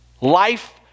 Life